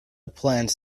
plans